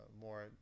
more